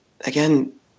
again